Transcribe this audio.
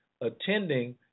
attending